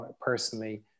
personally